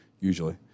usually